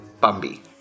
Bambi